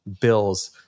Bills